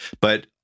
but-